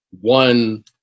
one